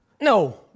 No